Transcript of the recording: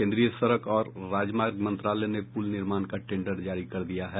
केन्द्रीय सड़क और राजमार्ग मंत्रालय ने पुल निर्माण का टेंडर जारी कर दिया है